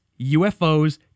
UFOs